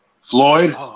Floyd